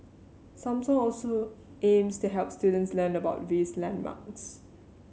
Samsung also aims to help students learn about these landmarks